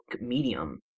medium